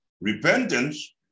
Repentance